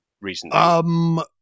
recently